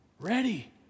Ready